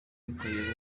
buyobozi